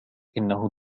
إنه